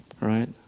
right